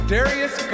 Darius